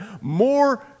More